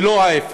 ולא ההפך,